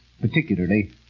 particularly